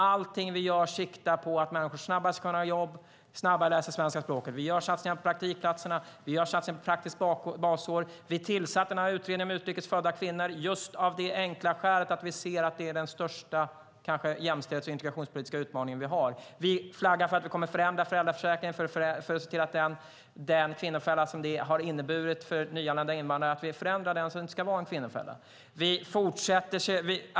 Allt vi gör siktar på att människor snabbare ska få jobb och snabbare ska lära sig det svenska språket. Vi gör satsningar på praktikplatser och praktiskt basår. Vi tillsatte den här utredningen om utrikes födda kvinnor av det enkla skälet att det kanske är den största jämställdhets och integrationspolitiska utmaning vi har. Vi flaggar för att vi kommer att förändra föräldraförsäkringen för att se till att den inte längre kommer att vara den kvinnofälla som den har varit.